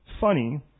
Funny